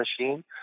machine